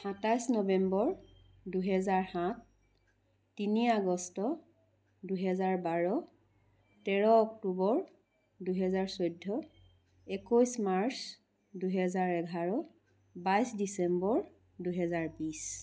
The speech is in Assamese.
সাতাইছ নৱেম্বৰ দুহেজাৰ সাত তিনি আগষ্ট দুহেজাৰ বাৰ তেৰ অক্টোবৰ দুহেজাৰ চৈধ্য একৈছ মাৰ্চ দুহেজাৰ এঘাৰ বাইছ ডিচেম্বৰ দুহেজাৰ বিছ